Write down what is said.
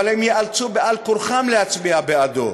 אבל הם ייאלצו על-כורחם להצביע בעדו.